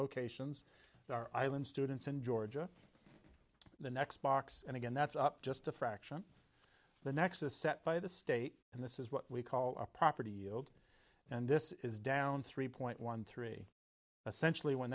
locations are island students in georgia the next box and again that's up just a fraction the next is set by the state and this is what we call a property yield and this is down three point one three essentially when